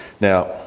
Now